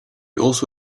also